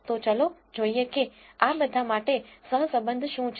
તો ચાલો જોઈએ કે આ બધા માટે સહસંબંધ શું છે